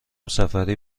سفری